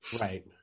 Right